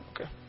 Okay